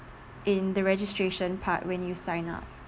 in the registration part when you sign up